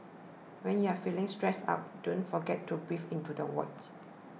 when you are feeling stressed out don't forget to breathe into the void